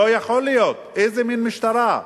לא יכול להיות, איזה מין משטרה?